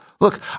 Look